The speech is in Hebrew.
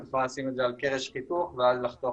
אפשר לשים את זה על קרש חיתוך ואז לחתוך